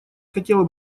хотела